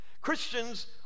Christians